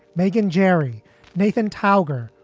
megan, jerry nathan tower.